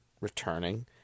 returning